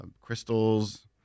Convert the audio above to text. crystals